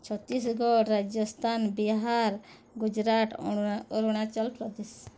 Chhattisgarh Rajasthan Bihar Gujarat Arunachal Pradesh